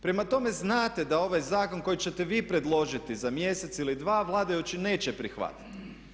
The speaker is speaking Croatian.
Prema tome znate da ovaj zakon koji ćete vi predložiti za mjesec ili dva vladajući neće prihvatiti.